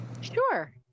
sure